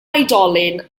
oedolyn